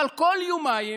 אבל כל יומיים,